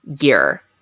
year